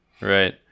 Right